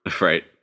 Right